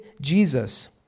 Jesus